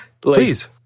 Please